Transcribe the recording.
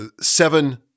seven